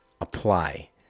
apply